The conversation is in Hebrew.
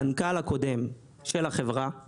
המנכ"ל הקודם של החברה,